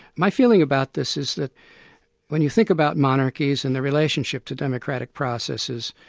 my feeling about this is that when you think about monarchies and their relationship to democratic processes,